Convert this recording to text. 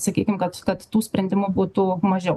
sakykim kad kad tų sprendimų būtų mažiau